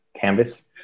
canvas